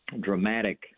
dramatic